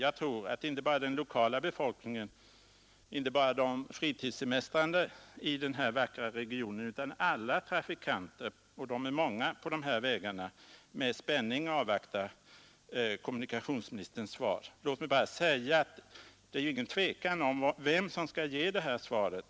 Jag tror att inte bara den lokala befolkningen, inte bara de semestrande i den här vackra regionen, utan alla trafikanter och de är många på de här vägarna — med spänning avvaktar kommunikationministerns svar. Låt mig bara säga att det ju inte är något tvivel om vem som skall ge det här svaret.